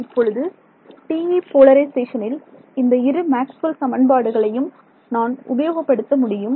இப்பொழுது TE போலரிசேஷனில் இந்த இரு மேக்ஸ்வெல் சமன்பாடுகளையும் நான் உபயோகப்படுத்த முடியும்